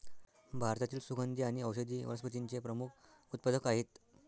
भारतातील सुगंधी आणि औषधी वनस्पतींचे प्रमुख उत्पादक आहेत